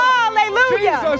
Hallelujah